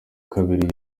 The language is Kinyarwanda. kabiri